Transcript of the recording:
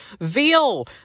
Veal